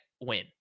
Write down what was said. win